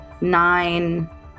nine